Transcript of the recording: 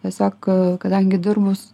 tiesiog kadangi dirbus